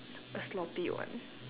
a sloppy one